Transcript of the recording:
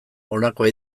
honakoa